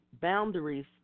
boundaries